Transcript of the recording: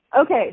okay